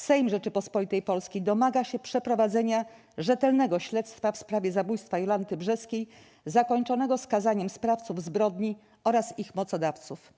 Sejm Rzeczypospolitej Polskiej domaga się przeprowadzenia rzetelnego śledztwa w sprawie zabójstwa Jolanty Brzeskiej, zakończonego skazaniem sprawców zbrodni oraz ich mocodawców”